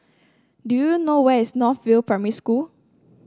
do you know where is North View Primary School